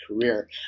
career